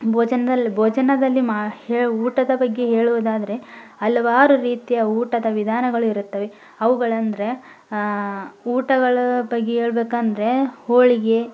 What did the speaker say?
ಭೋಜನದಲ್ಲಿ ಭೋಜನದಲ್ಲಿ ಮಾ ಹೇ ಊಟದ ಬಗ್ಗೆ ಹೇಳುವುದಾದರೆ ಹಲವಾರು ರೀತಿಯ ಊಟದ ವಿಧಾನಗಳು ಇರುತ್ತವೆ ಅವ್ಗಳಂದರೆ ಊಟಗಳ ಬಗ್ಗೆ ಹೇಳ್ಬೇಕಂದ್ರೆ ಹೋಳಿಗೆ